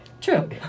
True